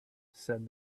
said